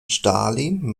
stalin